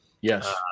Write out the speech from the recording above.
Yes